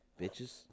Bitches